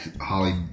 Holly